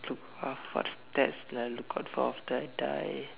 uh what stats that I look out for after I die